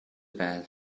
bed